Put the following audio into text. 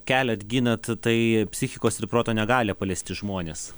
keliat ginat tai psichikos ir proto negalią paliesti žmonės